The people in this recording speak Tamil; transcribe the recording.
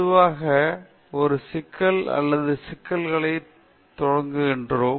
பொதுவாக ஒரு சிக்கல் அல்லது சிக்கல்களை தொடங்குகிறோம்